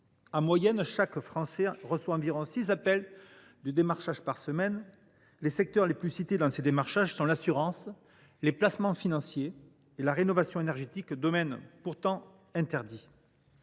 En moyenne, chaque Français reçoit environ six appels de démarchage par semaine. Les secteurs les plus cités sont l’assurance, les placements financiers et la rénovation énergétique – le démarchage dans